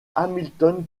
hamilton